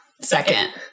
second